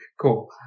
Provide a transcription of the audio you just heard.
cool